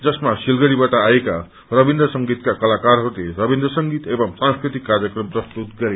जसमा सिलगढ़ीबाट आएका रवीन्द्र संगीतका कलाकारहरूले रवीन्द्र संगीत एवं सांस्कृतिक कार्यक्रम प्रस्तुत गरे